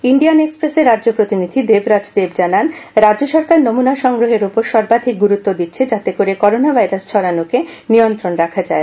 Indian এক্সপ্রেসের রাজ্য প্রতিনিধি দেবরাজ দেব জানান রাজ্য সরকার নমুনা সংগ্রহের ওপর সর্বাধিক গুরুত্ব দিচ্ছে যাতে করে করোনা ভাইরাস ছড়ানো কে নিয়ন্ত্রণ রাখা যায়